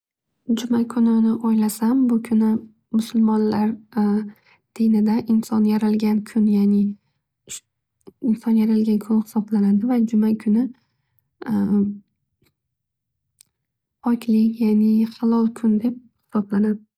Juma kunini o'ylasam. Bu kuni musulmonlar dinida inson yaralgan kun yani shu- inson yaralgan kun hisoblanadi. Va juma kuni poklik, ya'ni halol kuni deb hisoblanadi.